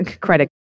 credit